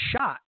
shot